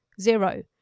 zero